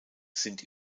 sind